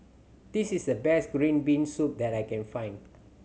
this is the best green bean soup that I can find